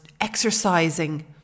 exercising